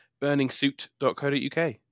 burningsuit.co.uk